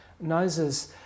noses